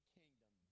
kingdom